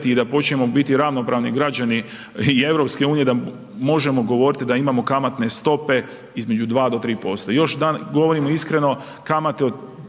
i da počinjemo biti ravnopravni građani i EU, da možemo govoriti da imamo kamatne stope između 2-3%. Još govorimo iskreno, kamate od